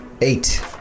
eight